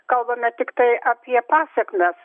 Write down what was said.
kalbame tiktai apie pasekmes